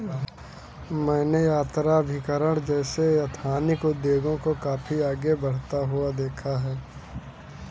मैंने यात्राभिकरण जैसे एथनिक उद्योग को काफी आगे बढ़ता हुआ देखा है